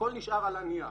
הכל נשאר על הנייר.